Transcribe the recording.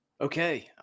Okay